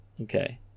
Okay